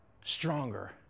stronger